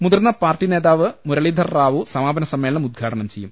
മുതിർന്ന പാർട്ടി നേതാവ് മുരളീധർ റാവു സമാപന സമ്മേളനം ഉദ്ഘാടനം ചെയ്യും